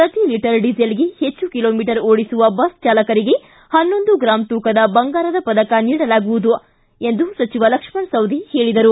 ಪ್ರತಿ ಲೀಟರ್ ಡಿಸೆಲ್ಗೆ ಹೆಚ್ಚು ಕಿಲೋಮೀಟರ್ ಬಸ್ ಓಡಿಸುವ ಚಾಲಕರಿಗೆ ಹನ್ನೊಂದು ಗ್ರಾಂ ತೂಕದ ಬಂಗಾರದ ಪದಕ ನೀಡಲಾಗುವುದು ಎಂದು ಸಚಿವ ಲಕ್ಷ್ಮಣ ಸವದಿ ಹೇಳಿದ್ದಾರೆ